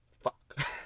Fuck